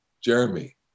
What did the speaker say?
Jeremy